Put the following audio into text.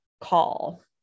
call